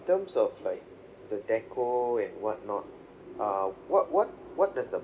terms of like the deco and whatnot uh what what what does the